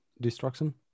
destruction